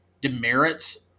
demerits